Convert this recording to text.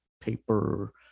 paper